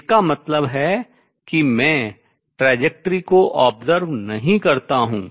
इसका मतलब है कि मैं trajectory प्रक्षेपवक्र को observe नहीं करता हूँ